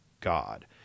God